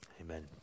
Amen